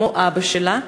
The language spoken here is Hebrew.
כמו אבא שלה,